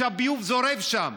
שהביוב זורם שם.